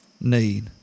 need